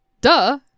Duh